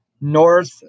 north